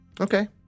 Okay